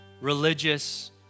religious